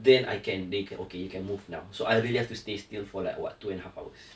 then I can they can okay you can move now so I really have to stay still for like what two and half hours